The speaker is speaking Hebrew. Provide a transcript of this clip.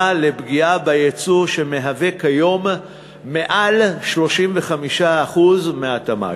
לפגיעה ביצוא שמהווה כיום למעלה מ-35% מהתמ"ג.